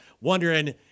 wondering